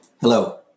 Hello